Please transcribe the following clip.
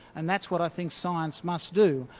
and that's what i think science must do.